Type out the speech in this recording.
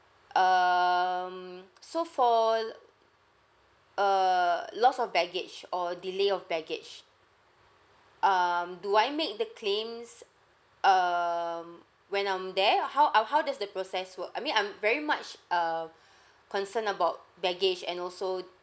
um so for l~ err loss of baggage or delay of baggage um do I make the claims um when I'm there or how or how does the process work I mean I'm very much err concerned about baggage and also